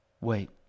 Wait